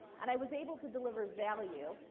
and i was able to deliver value,